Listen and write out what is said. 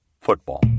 football